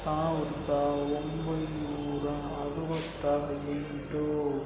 ಸಾವಿರ್ದ ಒಂಬೈನೂರ ಅರವತ್ತ ಎಂಟು